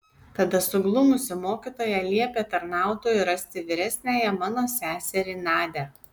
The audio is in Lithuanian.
tada suglumusi mokytoja liepė tarnautojui rasti vyresniąją mano seserį nadią